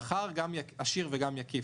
שכר ישיר ועקיף.